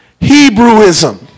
Hebrewism